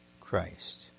Christ